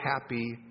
happy